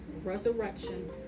resurrection